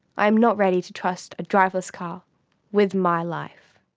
i'm not ready to trust a driverless car with my life.